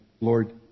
Lord